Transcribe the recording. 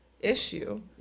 issue